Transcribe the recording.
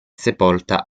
sepolta